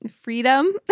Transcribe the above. freedom